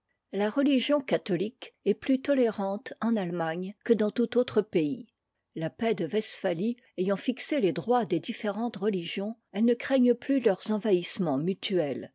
la religion catholique est plus tolérante en allemagne que dans tout autre pays la paix de westphalie ayant fixé les droits des différentes religions elles ne craignent plus leurs envahissements mutuels